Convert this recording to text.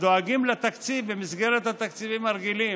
דואגים לתקציב במסגרת התקציבים הרגילים,